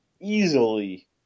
easily